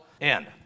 end